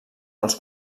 els